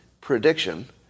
prediction